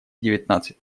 девятнадцать